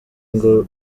ngo